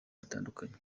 bitandukanye